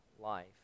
life